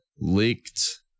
leaked